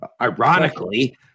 Ironically